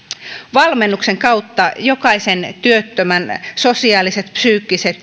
valmennuksen kautta jokaisen työttömän sosiaaliset psyykkiset